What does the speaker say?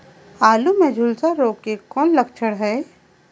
आलू मे झुलसा रोग के कौन लक्षण हे?